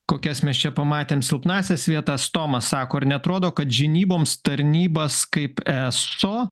kokias mes čia pamatėm silpnąsias vietas tomas sako ar neatrodo kad žinyboms tarnybas kaip eso